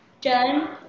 Done